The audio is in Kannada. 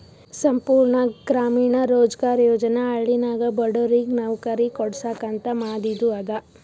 ಸಂಪೂರ್ಣ ಗ್ರಾಮೀಣ ರೋಜ್ಗಾರ್ ಯೋಜನಾ ಹಳ್ಳಿನಾಗ ಬಡುರಿಗ್ ನವ್ಕರಿ ಕೊಡ್ಸಾಕ್ ಅಂತ ಮಾದಿದು ಅದ